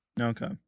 Okay